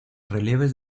relieves